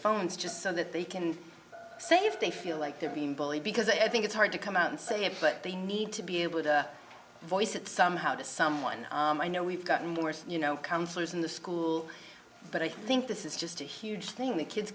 phones just so that they can say if they feel like they're being bullied because i think it's hard to come out and say it but they need to be able to voice it somehow to someone i know we've gotten worse you know counselors in the school but i think this is just a huge thing the kids